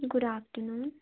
good afternoon